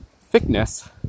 thickness